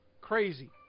Crazy